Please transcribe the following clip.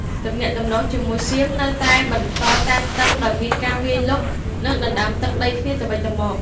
ទំនាក់ទំនងជាមួយសៀមនៅតែបន្តតានតឹង ដោយមានការវាយលុក និងដណ្តើមទឹកដីគ្នាទៅវិញទៅមក។